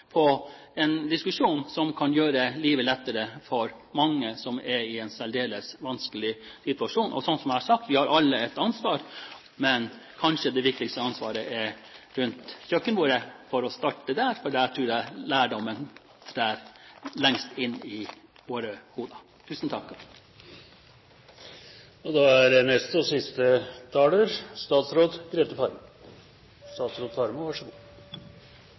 på en diskusjon som kan gjøre livet lettere for mange som er i en særdeles vanskelig situasjon. Og, som jeg har sagt, vi har alle et ansvar, men kanskje det viktigste ansvaret er rundt kjøkkenbordet, for å starte der, for der tror jeg lærdommen trenger lengst inn i våre hoder. Jeg vil også benytte sjansen til å takke interpellanten for å ha tatt opp dette viktige spørsmålet, og